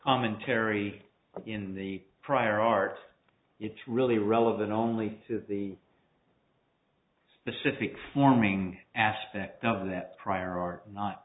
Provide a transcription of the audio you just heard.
commentary in the prior art it's really relevant only to the specific warming aspect that prior art not